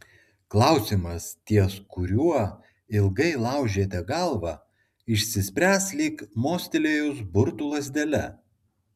klausimas ties kuriuo ilgai laužėte galvą išsispręs lyg mostelėjus burtų lazdele